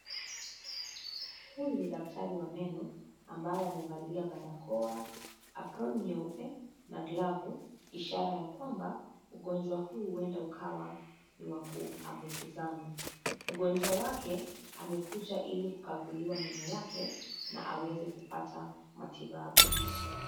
Huyu ni daktari wa meno, ambaye amevalia barakoa, aproni nyeupe, na glavu, ishara ya kwamba, ugonjwa huu huenda ukawa, ni wa kuambukizana. Mgonjwa wake, amekuja ili kukaguliwa meno yake, na aweze kupata matibabu.